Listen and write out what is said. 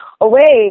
away